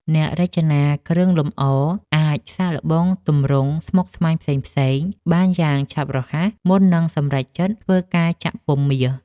អ្នករចនាគ្រឿងអលង្ការអាចសាកល្បងទម្រង់ស្មុគស្មាញផ្សេងៗបានយ៉ាងឆាប់រហ័សមុននឹងសម្រេចចិត្តធ្វើការចាក់ពុម្ពមាស។